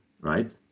right